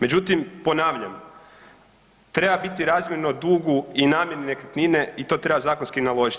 Međutim, ponavljam, treba biti razmjerno dugu i namjeni nekretnine i to treba zakonski naložiti.